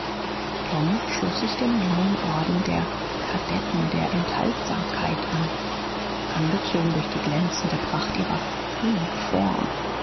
tom schloß sich dem neuen orden der kadetten der enthaltsamkeit an angezogen durch die glänzende pracht ihrer uniform